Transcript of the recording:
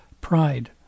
pride